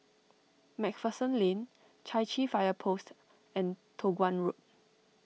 MacPherson Lane Chai Chee Fire Post and Toh Guan Road